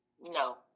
No